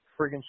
friggin